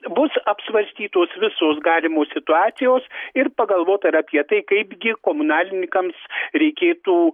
bus apsvarstytos visos galimos situacijos ir pagalvota ir apie tai kaipgi komunalininkams reikėtų